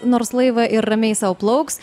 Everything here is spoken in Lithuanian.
nors laivą ir ramiai sau plauks